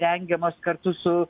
rengiamos kartu su